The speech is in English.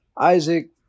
Isaac